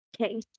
Okay